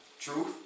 Truth